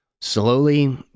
Slowly